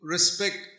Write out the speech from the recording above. Respect